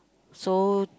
so